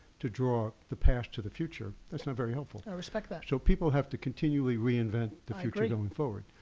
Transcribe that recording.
to draw the past to the future, it's not very helpful. i respect that. so people have to continually reinvent the future going forward.